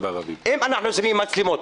אם אנחנו שמים מצלמות,